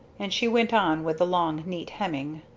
and she went on with the long neat hemming.